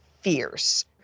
fierce